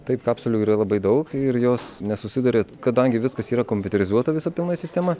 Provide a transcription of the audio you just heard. taip kapsulių yra labai daug ir jos nesusiduria kadangi viskas yra kompiuterizuota visa pilna sistema